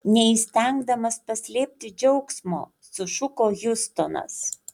neįstengdamas paslėpti džiaugsmo sušuko hiustonas